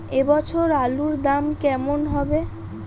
এ বছর আলুর দাম কেমন হবে?